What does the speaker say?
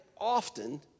often